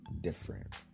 different